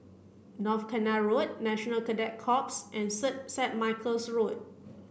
North Canal Road National Cadet Corps and Set Michael's Road